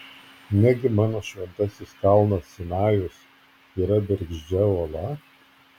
negi mano šventasis kalnas sinajus yra bergždžia uola